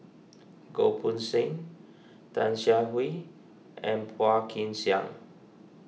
Goh Poh Seng Tan Siah Kwee and Phua Kin Siang